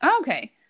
Okay